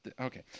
Okay